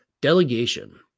delegation